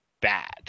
bad